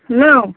hello